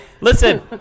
Listen